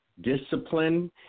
discipline